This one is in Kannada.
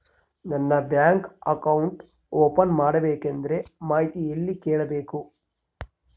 ನಾನು ಬ್ಯಾಂಕ್ ಅಕೌಂಟ್ ಓಪನ್ ಮಾಡಬೇಕಂದ್ರ ಮಾಹಿತಿ ಎಲ್ಲಿ ಕೇಳಬೇಕು?